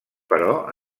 però